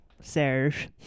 Serge